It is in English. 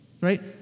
right